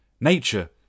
Nature